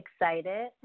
excited